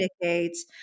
decades